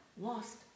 lost